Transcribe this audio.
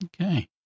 Okay